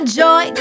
joy